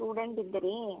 student ಇದ್ದೀರಿ ರೀ